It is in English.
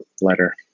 letter